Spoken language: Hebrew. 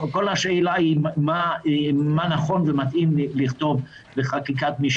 השאלה היא מה נכון ומתאים לכתוב בחקיקת משנה.